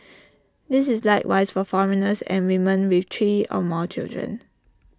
this is likewise for foreigners and women with three or more children